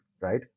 right